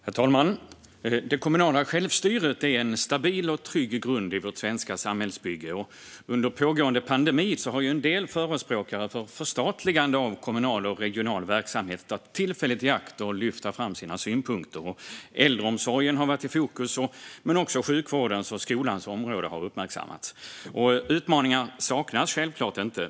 Herr talman! Det kommunala självstyret är en stabil och trygg grund i vårt svenska samhällsbygge. Under pågående pandemi har en del förespråkare för förstatligande av kommunal och regional verksamhet tagit tillfället i akt att lyfta fram sina synpunkter. Äldreomsorgen har varit i fokus, men också sjukvården och skolan har uppmärksammats. Utmaningar saknas självklart inte.